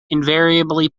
invariably